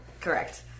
Correct